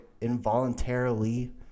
involuntarily